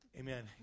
Amen